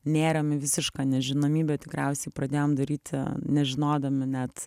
nėrėm į visišką nežinomybę tikriausiai pradėjom daryti nežinodami net